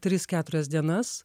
tris keturias dienas